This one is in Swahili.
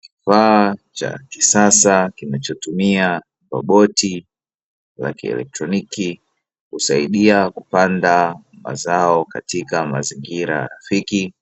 Kifaa cha kisasa kinachotumia roboti la kielektroniki, husaidia kupanda mazao katika mazingira rafiki